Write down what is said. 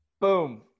Boom